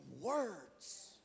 words